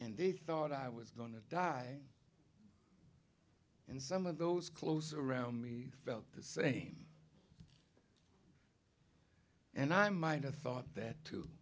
and they thought i was going to die in some of those close around me felt the same and i might have thought that too